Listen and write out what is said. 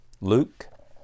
Luke